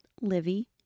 Livy